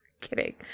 Kidding